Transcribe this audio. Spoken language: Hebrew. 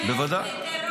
בוודאי.